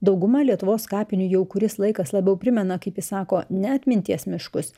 dauguma lietuvos kapinių jau kuris laikas labiau primena kaip ji sako ne atminties miškus